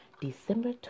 December